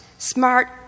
Smart